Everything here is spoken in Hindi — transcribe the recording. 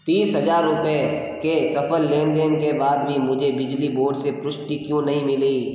तीस हजार रुपये के सफल लेनदेन के बाद भी मुझे बिजली बोर्ड से पुष्टि क्यों नहीं मिली